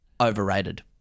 Overrated